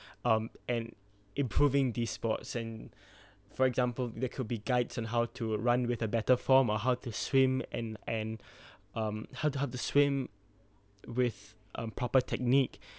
um and improving these sports and for example there could be guides on how to run with a better form or how to swim and and um how to how to swim with a proper technique